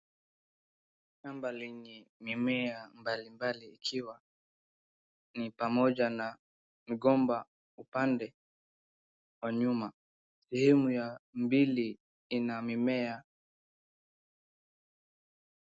Shamba lenye mimea mbali mbali ikiwa ni pamoja na mgomba upande wa nyuma sehemu ya mbili ina mimea